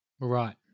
Right